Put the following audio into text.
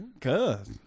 Cause